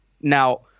Now